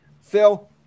Phil